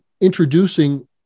introducing